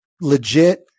legit